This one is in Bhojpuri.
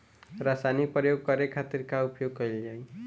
रसायनिक प्रयोग करे खातिर का उपयोग कईल जाइ?